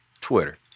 Twitter